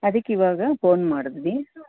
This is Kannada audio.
ಅದಕ್ಕಿವಾಗ ಫೋನ್ ಮಾಡಿದ್ವಿ